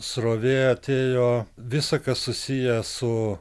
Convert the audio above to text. srovė atėjo visa kas susiję su